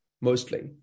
mostly